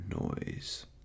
noise